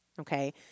okay